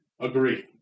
Agree